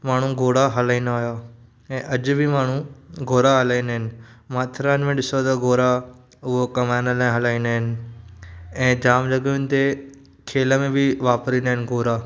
माण्हू घोड़ा हलाईंदा हुया ऐं अॼु बि माण्हू घोड़ा हलाईंदा आहिनि माथेरान मे ॾिसो त घोड़ा उहो कमाइण लाइ हलाईंदा आहिनि ऐं जामु जॻहियुनि ते खेल मे बि वापरींदा आहिनि घोड़ा